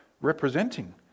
representing